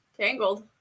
Tangled